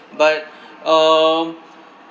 but um